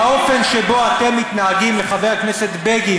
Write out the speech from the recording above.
האופן שבו אתם מתנהגים לחבר הכנסת בגין